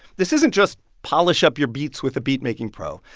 this isn't just polish up your beats with a beat-making pro.